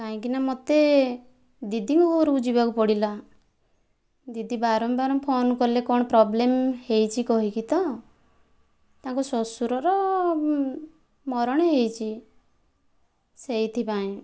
କାହିଁକିନା ମୋତେ ଦିଦିଙ୍କ ଘରକୁ ଯିବାକୁ ପଡ଼ିଲା ଦିଦି ବାରମ୍ବାର ଫୋନ୍ କଲେ କ'ଣ ପ୍ରବ୍ଲେମ ହୋଇଛି କହିକି ତ ତାଙ୍କ ଶ୍ୱଶୁରର ମରଣ ହୋଇଛି ସେଇଥିପାଇଁ